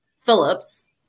phillips